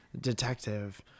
detective